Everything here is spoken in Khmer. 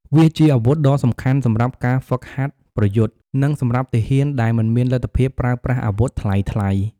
វាជាអាវុធដ៏សំខាន់សម្រាប់ការហ្វឹកហាត់ប្រយុទ្ធ និងសម្រាប់ទាហានដែលមិនមានលទ្ធភាពប្រើប្រាស់អាវុធថ្លៃៗ។